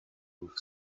with